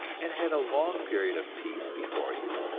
and had a long period of peace before you,